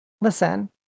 listen